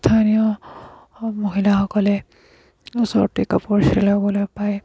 স্থানীয় মহিলাসকলে ওচৰতে কাপোৰ চিলাবলৈ পায়